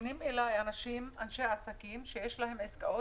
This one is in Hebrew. פונים אלי אנשי עסקים שיש להם עסקאות